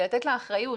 כי לתת לה אחריות